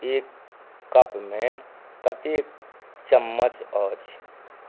एक कपमे कतेक चम्मच अछि